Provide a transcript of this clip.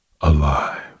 alive